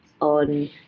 on